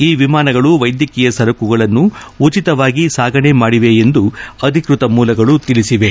ಈ ವಿಮಾನಗಳು ವೈದ್ಯಕೀಯ ಸರಕುಗಳನ್ನು ಉಚಿತವಾಗಿ ಸಾಗಾಣಿಕೆ ಮಾಡಿವೆ ಎಂದು ಅಧಿಕೃತ ಮೂಲಗಳು ತಿಳಿಸಿವೆ